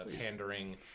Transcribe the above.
pandering